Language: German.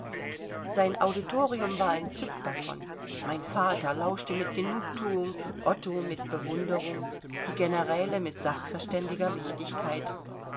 sein auditorium war entzückt davon mein vater lauschte mit genugthuung otto mit bewunderung die generäle mit sachverständiger wichtigkeit